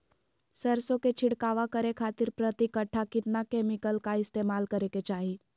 सरसों के छिड़काव करे खातिर प्रति कट्ठा कितना केमिकल का इस्तेमाल करे के चाही?